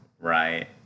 Right